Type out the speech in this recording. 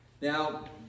Now